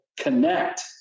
connect